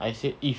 I said if